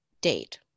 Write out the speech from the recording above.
date